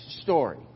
story